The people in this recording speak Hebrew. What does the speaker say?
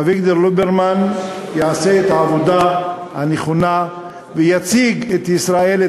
אביגדור ליברמן יעשה את העבודה הנכונה ויציג את ישראל,